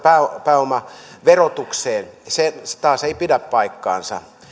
pääomaverotukseen se se taas ei pidä paikkansa